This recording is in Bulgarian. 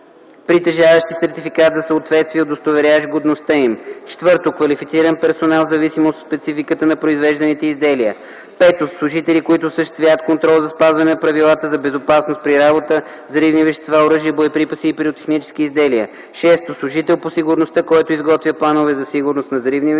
притежаващи сертификат за съответствие, удостоверяващ годността им; 4. квалифициран персонал в зависимост от спецификата на произвежданите изделия; 5. служители, които осъществяват контрол за спазване на правилата за безопасност при работа с взривни вещества, оръжия, боеприпаси и пиротехнически изделия; 6. служител по сигурността, който изготвя планове за сигурност на взривни вещества,